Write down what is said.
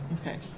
Okay